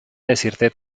decirte